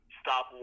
stop